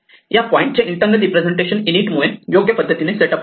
या पॉइंटचे internal representation init मुळे योग्य पद्धतीने सेट अप होते